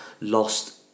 lost